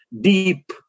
deep